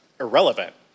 irrelevant